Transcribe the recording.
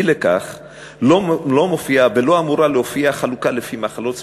אי לכך לא מופיעה ולא אמורה להופיע חלוקה לפי מחלות ספציפיות.